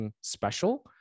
special